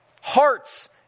hearts